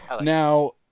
Now